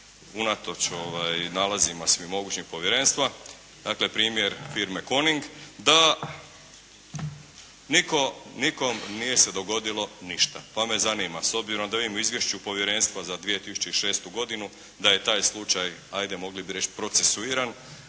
unatoč nalazima svim mogućim, povjerenstva. Dakle, primjer firme Coning da nitko nikom se nije dogodilo ništa, pa me zanima s obzirom da vidim u izvješću povjerenstva za 2006. godinu da je taj slučaj hajde mogli bi reći procesuiran.